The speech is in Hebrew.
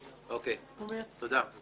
תודה.